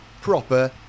proper